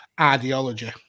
ideology